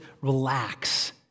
relax